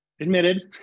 admitted